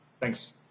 Thanks